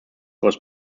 was